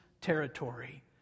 territory